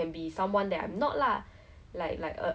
put in a bit more effort